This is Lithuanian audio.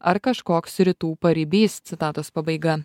ar kažkoks rytų paribys citatos pabaiga